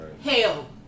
Hell